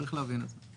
צריך להבין את זה.